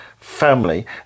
family